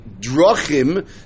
drachim